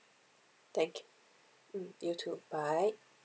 thank you mm you too bye